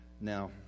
Now